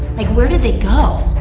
like where did they go?